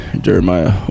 Jeremiah